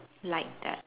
like that